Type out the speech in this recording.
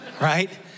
right